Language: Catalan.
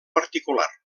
particular